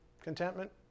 contentment